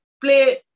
play